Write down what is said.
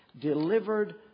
delivered